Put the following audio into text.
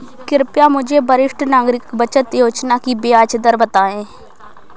कृपया मुझे वरिष्ठ नागरिक बचत योजना की ब्याज दर बताएं?